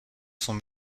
sont